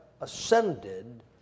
ascended